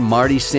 Marty